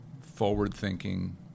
forward-thinking